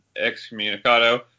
excommunicado